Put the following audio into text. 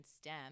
STEM